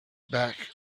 back